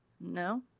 No